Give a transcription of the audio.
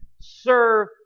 serve